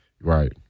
Right